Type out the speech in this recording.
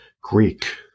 Greek